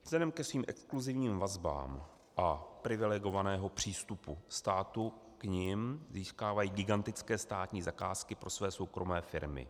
Vzhledem ke svým exkluzivním vazbám a privilegovanému přístupu státu k nim získávají gigantické státní zakázky pro své soukromé firmy.